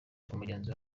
kumugenzura